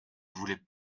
voulait